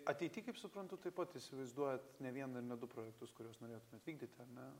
ateity kaip suprantu taip pat įsivaizduojat ne vieną ir ne du projektus kuriuos norėtumėt vykdyt ar ne